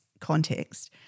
context